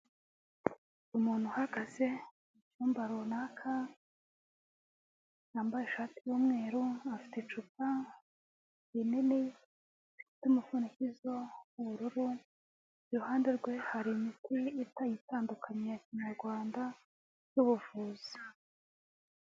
Umuntu uhagaze mu cyumba runaka, wambaye ishati y'umweru, afite icupa rinini rifite umufundikizo w'ubururu, iruhande rwe hari imiti itandukanye ya kinyarwanda y'ubuvuzi.